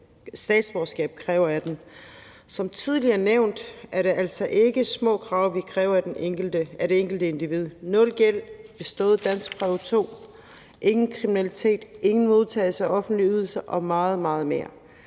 statsborgerskab kræver af dem. Som tidligere nævnt er det altså ikke små krav, som vi kræver at det enkelte individ lever op til: Nul gæld, bestået danskprøve 2, ingen kriminalitet, ingen modtagelse af offentlige ydelser og meget, meget mere.